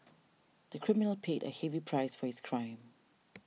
the criminal paid a heavy price for his crime